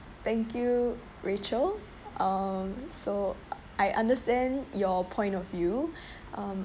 thank you rachel um so I understand your point of view um